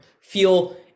feel